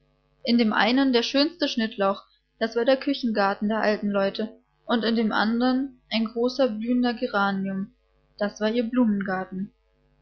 in dem einen der schönste schnittlauch das war der küchengarten der alten leute und in dem andern ein großer blühender geranium das war ihr blumengarten